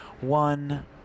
One